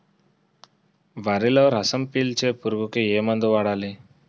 వరిలో రసం పీల్చే పురుగుకి ఏ మందు వాడాలి?